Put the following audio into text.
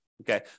okay